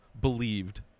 believed